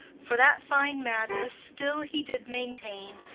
for that fine madness still he did maintain,